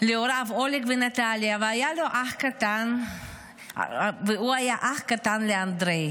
להוריו אולג ונטליה, והוא היה אח קטן לאנדרי.